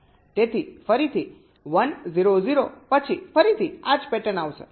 તેથી ફરીથી 1 0 0 પછી ફરીથી આ જ પેટર્ન આવશે